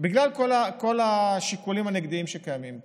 בגלל כל השיקולים הנגדיים שקיימים פה.